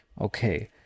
Okay